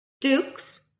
Duke's